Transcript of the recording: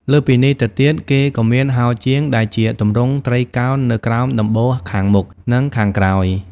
លើសពីនេះទៅទៀត គេក៏មានហោជាង ដែលជាទម្រង់ត្រីកោណនៅក្រោមដំបូលខាងមុខ និងខាងក្រោយ។